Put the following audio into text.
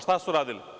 Šta su radili?